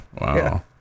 wow